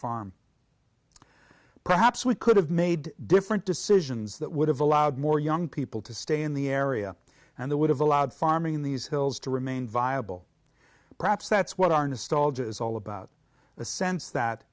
farm perhaps we could have made different decisions that would have allowed more young people to stay in the area and they would have allowed farming in these hills to remain viable perhaps that's what our new stalled is all about the sense that